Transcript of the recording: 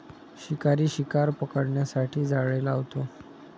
शिकारी शिकार पकडण्यासाठी जाळे लावतो